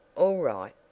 all right,